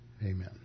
amen